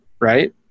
right